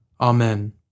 Amen